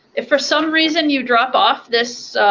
if for some reason you drop off this